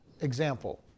example